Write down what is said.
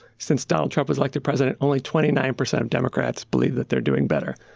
since donald trump was elected president, only twenty nine percent of democrats believe that they're doing better.